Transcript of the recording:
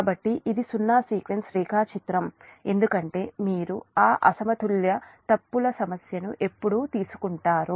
కాబట్టి ఇది సున్నా సీక్వెన్స్ రేఖాచిత్రం ఎందుకంటే మీరు ఆ అసమతుల్య ఫాల్ట్ సమస్యను ఎప్పుడు తీసుకుంటారు